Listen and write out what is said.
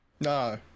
No